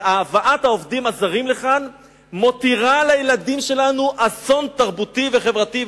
אבל הבאת העובדים הזרים מותירה לילדים שלנו אסון תרבותי וחברתי,